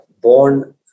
born